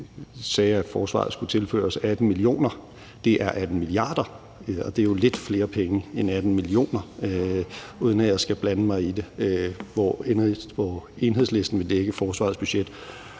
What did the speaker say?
som sagde, at forsvaret skulle tilføres 18 mio. kr. Det er 18 mia. kr., og det er jo lidt flere penge end 18 mio. kr., uden at jeg skal blande mig i, hvor Enhedslisten vil lægge forsvarets budget.